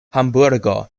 hamburgo